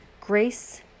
grace